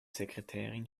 sekretärin